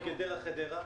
מגדרה עד חדרה,